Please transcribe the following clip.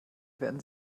werden